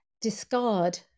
discard